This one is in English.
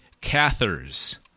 Cathars